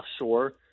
offshore